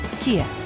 Kia